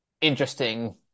interesting